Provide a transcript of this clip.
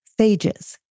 phages